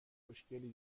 خوشگلی